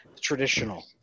traditional